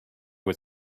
was